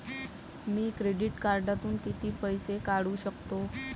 मी credit कार्डातून किती पैसे काढू शकतो?